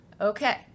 okay